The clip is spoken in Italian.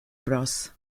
bros